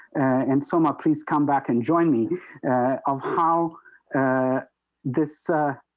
and soma please come back and join me, ah of how ah this ah,